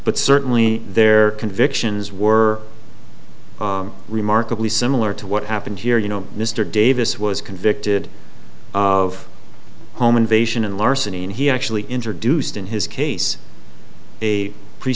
but certainly their convictions were remarkably similar to what happened here you know mr davis was convicted of home invasion and larceny and he actually introduced in his case a pre